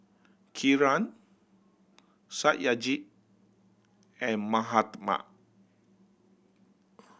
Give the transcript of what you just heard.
Kiran Satyajit and Mahatma